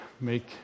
make